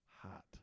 hot